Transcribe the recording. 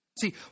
See